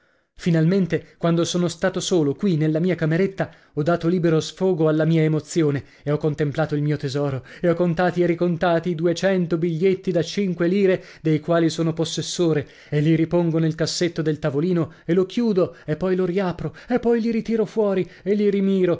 finalmente quando sono stato solo qui nella mia cameretta ho dato libero sfogo alla mia emozione e ho contemplato il mio tesoro e ho contati e ricontati i duecento biglietti da cinque lire dei quali sono possessore e li ripongo nel cassetto del tavolino e lo chiudo e poi lo riapro e poi li ritiro fuori e li